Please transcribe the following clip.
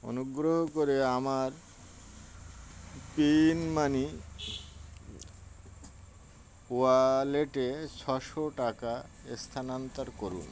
অনুগ্রহ করে আমার পেইউমানি ওয়ালেটে ছশো টাকা স্থানান্তর করুন